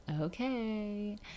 Okay